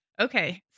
Okay